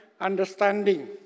understanding